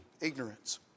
ignorance